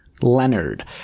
Leonard